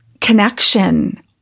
connection